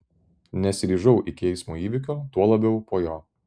nesiryžau iki eismo įvykio tuo labiau po jo